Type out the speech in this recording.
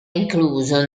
incluso